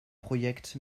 projekt